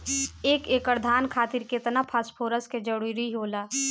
एक एकड़ धान खातीर केतना फास्फोरस के जरूरी होला?